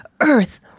Earth